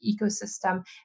ecosystem